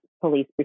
police